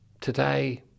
Today